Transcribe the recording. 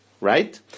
right